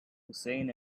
hussein